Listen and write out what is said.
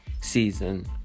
season